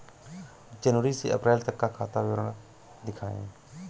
जनवरी से अप्रैल तक का खाता विवरण दिखाए?